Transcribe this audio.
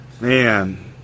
Man